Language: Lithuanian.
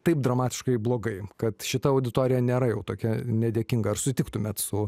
taip dramatiškai blogai kad šita auditorija nėra jau tokia nedėkinga ar sutiktumėt su